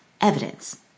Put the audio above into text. evidence